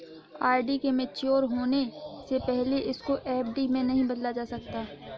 RD के mature होने से पहले इसको एफ.डी में नहीं बदला जा सकता